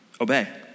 obey